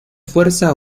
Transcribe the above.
fuerza